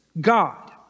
God